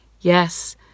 Yes